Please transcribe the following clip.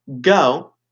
Go